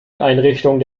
einrichtung